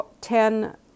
ten